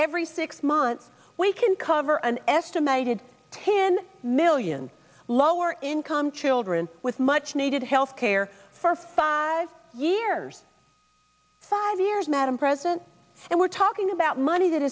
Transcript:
every six months we can cover an estimated ten million lower income children with much needed health care for five years five years madam president and we're talking about money that